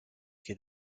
qui